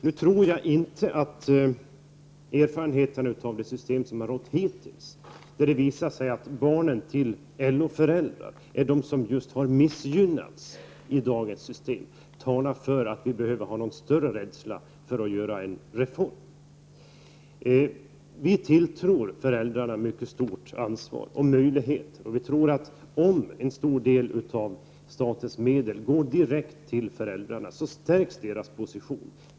Nu tror jag inte att erfarenheterna av det system som har rått hittills, där det visar sig att barnen till LO-föräldrar är de som har missgynnats, talar för att vi behöver ha någon större rädsla för att göra en reform. Vi tilltror föräldrarna mycket stort ansvar och stora möjligheter, och vi tror att om en stor del av statens medel går direkt till föräldrarna, så stärks deras position.